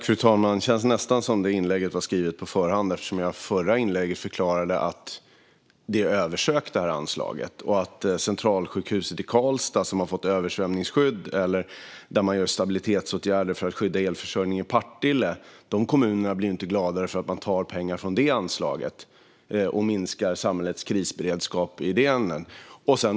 Fru talman! Det känns nästan som att det inlägget var skrivet på förhand, eftersom jag i förra inlägget förklarade att anslaget är översökt. Centralsjukhuset i Karlstad har fått översvämningsskydd, och man gör stabilitetsåtgärder för att skydda elförsörjningen i Partille. De kommunerna blir inte gladare för att man tar pengar från det anslaget och minskar samhällets krisberedskap.